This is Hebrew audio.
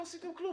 לא עשיתם כלום,